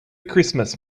christmas